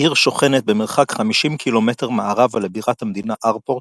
העיר שוכנת במרחק 50 ק"מ מערבה לבירת המדינה ארפורט,